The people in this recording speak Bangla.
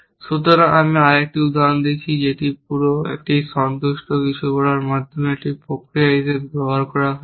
সুতরাং আমি আরেকটি উদাহরণ দিই যেখানে পুরো একই সন্তুষ্টি কিছু করার জন্য একটি প্রক্রিয়া হিসাবে ব্যবহার করা হয়েছে